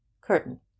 Curtain